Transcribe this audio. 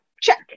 Check